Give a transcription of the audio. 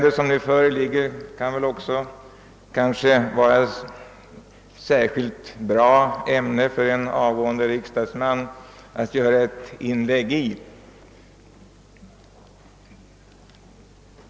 Det föreliggande ärendet kan väl också anses som ett särskilt bra ämne för en avgående riksdagsman att yttra sig i.